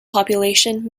population